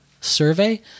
Survey